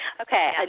Okay